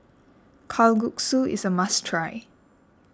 Kalguksu is a must try